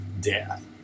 death